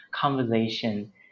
conversation